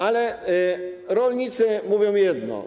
Ale rolnicy mówią jedno.